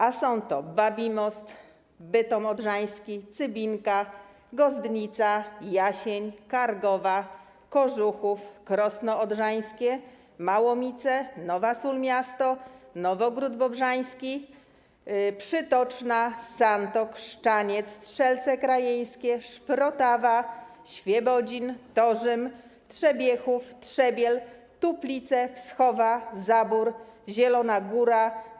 A są to: Babimost, Bytom Odrzański, Cybinka, Gozdnica, Jasień, Kargowa, Kożuchów, Krosno Odrzańskie, Małomice, Nowa Sól - Miasto, Nowogród Bobrzański, Przytoczna, Santok, Szczaniec, Strzelce Krajeńskie, Szprotawa, Świebodzin, Torzym, Trzebiechów, Trzebiel, Tuplice, Wschowa, Zabór, Zielona Góra.